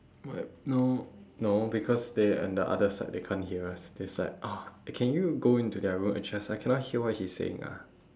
what no no because they on the other side they can't hear us that's like oh can you go into their room adjust I cannot hear what he's saying ah